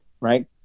right